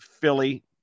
Philly